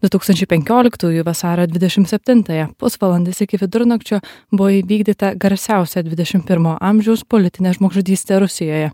du tūkstančiai penkioliktųjų vasario dvidešim septintąją pusvalandis iki vidurnakčio buvo įvykdyta garsiausia dvidešim pirmo amžiaus politinė žmogžudystė rusijoje